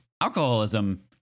alcoholism